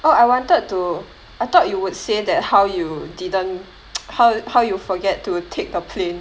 oh I wanted to I thought you would say that how you didn't how how you forget to take a plane